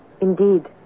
Indeed